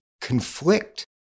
conflict